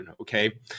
Okay